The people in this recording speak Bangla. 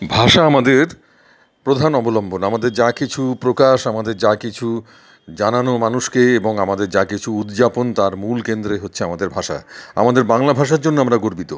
ভাষা আমাদের প্রধান অবলম্বন আমাদের যা কিছু প্রকাশ আমাদের যা কিছু জানানো মানুষকে এবং আমাদের যা কিছু উদযাপন তার মূল কেন্দ্রে হচ্ছে আমাদের ভাষা আমাদের বাংলা ভাষার জন্য আমরা গর্বিত